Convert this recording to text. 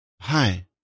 Hi